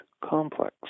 complex